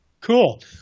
Cool